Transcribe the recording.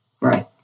Right